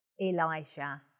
Elijah